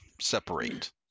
separate